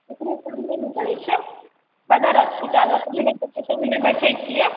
ओकरे सामने मे परै छै सदर अस्पताल ओतय हमे बैठे छियै